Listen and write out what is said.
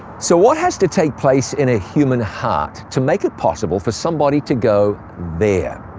so what has to take place in a human heart to make it possible for somebody to go there?